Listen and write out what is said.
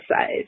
size